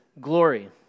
glory